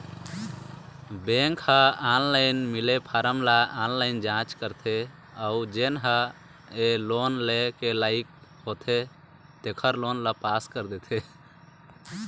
bank ह online मिले form ल ऑनलाईन जाँच करथे अउ जेन ह ए लोन लेय के लइक होथे तेखर लोन ल पास कर देथे